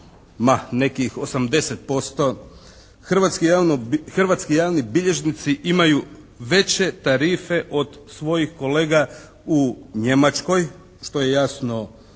nekih 80% hrvatski javni bilježnici imaju veće tarife od svojih kolega u Njemačkoj što je jasno